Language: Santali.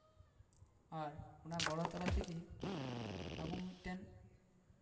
ᱟᱨ ᱚᱱᱟ ᱜᱚᱲᱚ ᱛᱟᱞᱟ ᱛᱮᱜᱮ ᱮᱢᱚᱱ ᱢᱤᱫᱴᱮᱱ